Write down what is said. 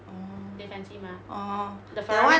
oo orh the [one]